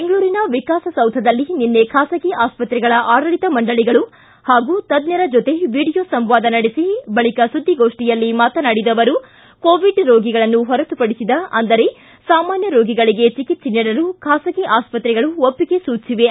ಬೆಂಗಳೂರಿನ ವಿಕಾಸ ಸೌಧದಲ್ಲಿ ನಿನ್ನೆ ಖಾಸಗಿ ಆಸ್ಪತ್ರೆಗಳ ಆಡಳಿತ ಮಂಡಳಿಗಳು ಹಾಗೂ ತಜ್ಞರ ಜೊತೆ ವಿಡಿಯೋ ಸಂವಾದ ನಡೆಸಿ ಬಳಿಕ ಸುದ್ದಿಗೋಷ್ಠಿಯಲ್ಲಿ ಮಾತನಾಡಿದ ಅವರು ಕೋವಿಡ್ ರೋಗಿಗಳನ್ನು ಹೊರತುಪಡಿಸಿದ ಅಂದರೆ ಸಾಮಾನ್ಯ ರೋಗಿಗಳಿಗೆ ಚಿಕಿತ್ಸೆ ನೀಡಲು ಬಾಸಗಿ ಆಸ್ಪತ್ರೆಗಳು ಒಪ್ಪಿಗೆ ಸೂಚಿಸಿವೆ